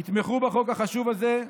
יתמכו בחוק החשוב הזה,